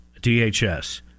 DHS